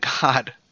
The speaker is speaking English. God